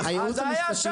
הכל